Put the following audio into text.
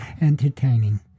entertaining